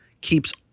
keeps